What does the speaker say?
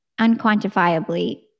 unquantifiably